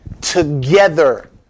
together